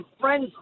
friend's